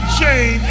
chain